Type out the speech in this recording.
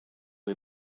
või